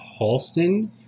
Halston